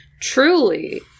Truly